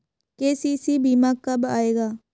KCC बीमा कब आएगा?